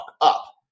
up